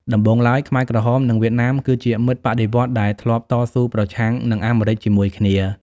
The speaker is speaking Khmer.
ដំបូងឡើយ ខ្មែរក្រហម និងវៀតណាមគឺជាមិត្តបដិវត្តន៍ដែលធ្លាប់តស៊ូប្រឆាំងនឹងអាមេរិកជាមួយគ្នា។